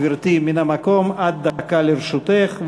גברתי, עד דקה לרשותך.